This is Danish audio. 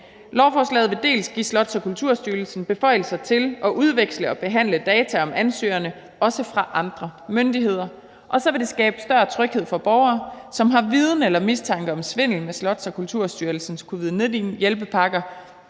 Lovforslaget vil give Slots- og Kulturstyrelsen beføjelser til at udveksle og behandle data om ansøgerne, også fra andre myndigheder, og så vil det skabe større tryghed for borgere, som har viden eller mistanke om svindel med Slots- og Kulturstyrelsens covid-19-hjælpepakker,